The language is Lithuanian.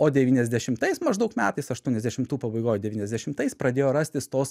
o devyniasdešimtais maždaug metais aštuoniasdešimtų pabaigoj devyniasdešimtais pradėjo rastis tos